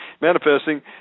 manifesting